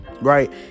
Right